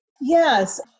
yes